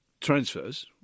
transfers